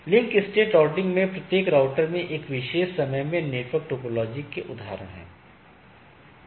link state routing में प्रत्येक router में एक विशेष समय में नेटवर्क टोपोलॉजी के उदाहरण हैं